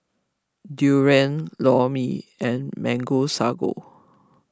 Durian Lor Mee and Mango Sago